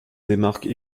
démarque